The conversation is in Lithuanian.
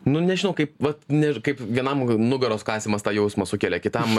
nu nežinau kaip vat ner kaip vienam nugaros kasymas tą jausmą sukelia kitam